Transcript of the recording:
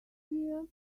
year